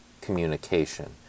communication